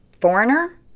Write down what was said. Foreigner